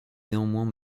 néanmoins